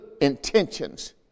intentions